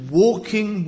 walking